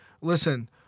listen—